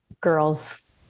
girls